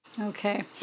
okay